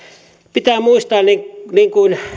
pitää muistaa niin niin kuin